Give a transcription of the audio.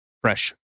fresh